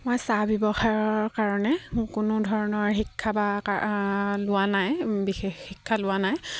মই চাহ ব্যৱসায়ৰ কাৰণে কোনো ধৰণৰ শিক্ষা বা লোৱা নাই বিশেষ শিক্ষা লোৱা নাই